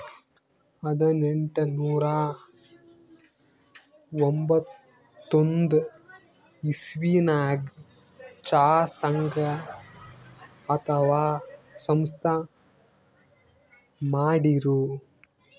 ಹದನೆಂಟನೂರಾ ಎಂಬತ್ತೊಂದ್ ಇಸವಿದಾಗ್ ಚಾ ಸಂಘ ಅಥವಾ ಸಂಸ್ಥಾ ಮಾಡಿರು